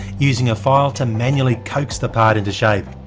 using a file to manually coax the part into shape.